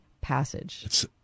passage